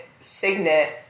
signet